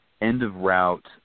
end-of-route